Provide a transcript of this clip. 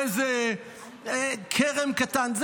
איזה כרם קטן,